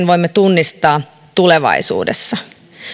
voimme tunnistaa sitten tulevaisuudessa